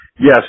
Yes